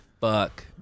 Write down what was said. fuck